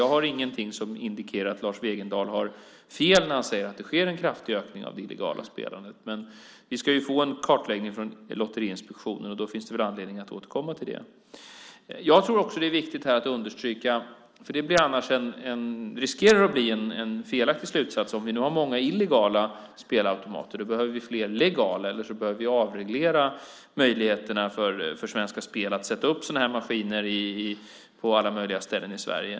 Jag har ingen information som indikerar att Lars Wegendal har fel när han säger att det sker en kraftig ökning av det illegala spelandet, men vi ska få en kartläggning från Lotteriinspektionen, och då finns det anledning att återkomma till detta. En felaktig slutsats riskerar att bli att vi, om det nu finns många illegala spelautomater, behöver fler legala automater eller behöver avreglera möjligheterna för Svenska Spel att sätta upp sådana här maskiner på alla möjliga ställen i Sverige.